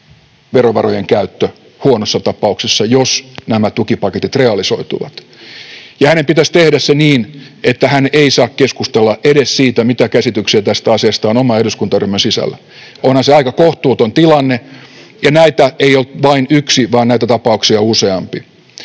verovarojen käyttö — huonossa tapauksessa, jos nämä tukipaketit realisoituvat — ja hänen pitäisi tehdä se niin, että hän ei saa keskustella edes siitä, mitä käsityksiä tästä asiasta on oman eduskuntaryhmän sisällä. Onhan se aika kohtuuton tilanne, ja näitä tapauksia ei ole vain yksi vaan useampi.